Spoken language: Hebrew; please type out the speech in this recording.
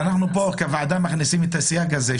אנחנו כוועדה מכניסים את הסייג הזה,